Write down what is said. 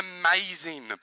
amazing